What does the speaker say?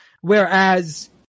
Whereas